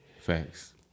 Thanks